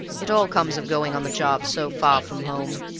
it all comes of going on the job so far from home.